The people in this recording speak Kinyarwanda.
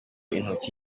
intoki